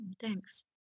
Thanks